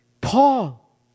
Paul